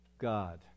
God